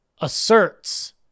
asserts